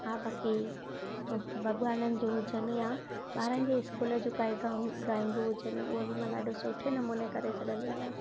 हा बाक़ी भॻवाननि जो हुजनि या ॿारनि जो स्कूल जो काई ड्राइंग हुजनि हूअ बि मां ॾाढो सुठे नमूने करे सघंदी आहियां